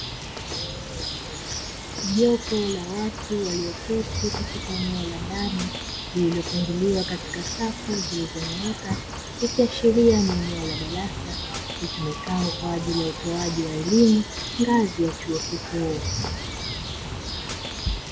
Jopo la watu walioketi katika eneo la ndani, lililopangiliwa katika safu zilizonyooka, ikiashiria ni eneo la darasa litumikalo kwa ajili ya utoaji wa elimu, ngazi ya chuo kikuu.